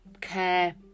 care